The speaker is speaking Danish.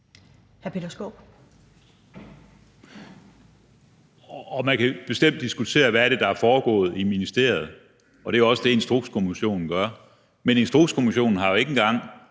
Man kan bestemt diskutere, hvad der er foregået i ministeriet, og det er også det, Instrukskommissionen gør. Men Instrukskommissionen har jo ikke engang